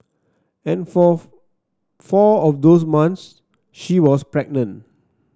and for four of those months she was pregnant